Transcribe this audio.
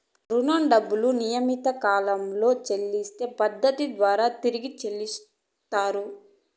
రుణం డబ్బులు నియమిత కాలంలో చెల్లించే పద్ధతి ద్వారా తిరిగి చెల్లించుతరు